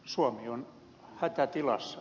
suomi on hätätilassa